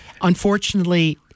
unfortunately